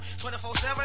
24-7